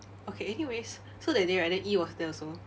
okay anyways so that day right then E was there also